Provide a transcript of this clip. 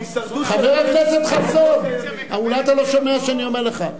חבר כנסת חסון, אולי אתה לא שומע שאני אומר לך,